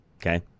Okay